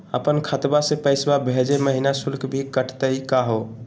अपन खतवा से पैसवा भेजै महिना शुल्क भी कटतही का हो?